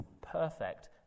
perfect